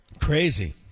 Crazy